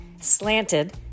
Slanted